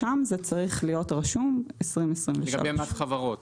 שם זה צריך להיות רשום 2023. לגבי מס חברות.